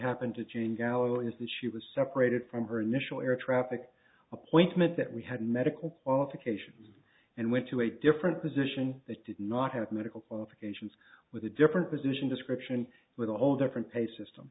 happened to jane gallo is that she was separated from her initial air traffic appointment that we had medical qualifications and went to a different position that did not have medical qualifications with a different position description with a whole different pay system